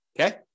okay